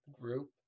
group